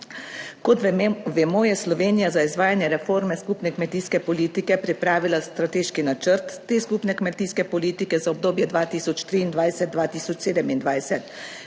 Kot vemo, je Slovenija za izvajanje reforme skupne kmetijske politike pripravila strateški načrt te skupne kmetijske politike za obdobje 2023-2027.